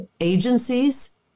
agencies